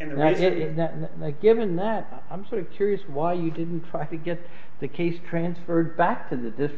and i did that given that i'm sort of curious why you didn't try to get the case transferred back to the district